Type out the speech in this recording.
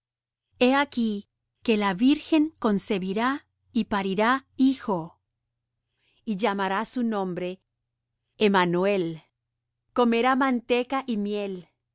he aquí que la virgen concebirá y parirá hijo y llamará su nombre emmanuel comerá manteca y miel